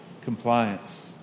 Compliance